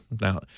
Now